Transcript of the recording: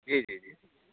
जी जी जी